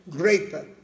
greater